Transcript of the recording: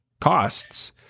costs